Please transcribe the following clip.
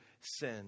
sin